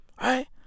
right